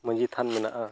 ᱢᱟᱹᱡᱷᱤ ᱛᱷᱟᱱ ᱢᱮᱱᱟᱜᱼᱟ